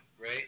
right